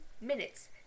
minutes